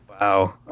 Wow